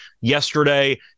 yesterday